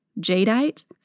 Jadeite